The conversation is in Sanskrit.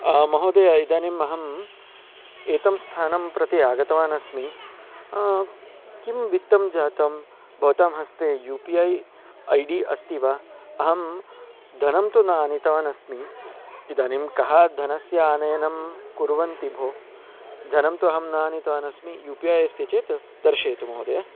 महोदय इदानीम् अहम् एतं स्थानं प्रति आगतवानस्मि किं वित्तं जातं भवतां हस्ते U P I I D अस्ति वा अहं धनं तु न आनीतवान् अस्मि इदानीं कः धनस्य आनयनं कुर्वन्ति भोः धनं तु अहं न आनीतवान् अस्मि यू पी ऐ अस्ति चेत् दर्शयतु महोदय